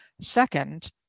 second